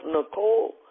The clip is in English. Nicole